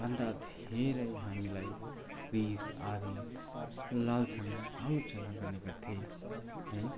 भन्दा धेरै हामीलाई रिस आह्रिस लाञ्छना आलोचना गर्ने गर्थे है